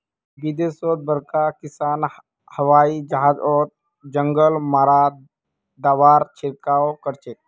विदेशत बड़का किसान हवाई जहाजओत जंगल मारा दाबार छिड़काव करछेक